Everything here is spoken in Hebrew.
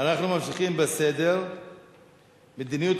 נעבור להצעות לסדר-היום בנושא: מדיניות